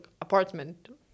apartment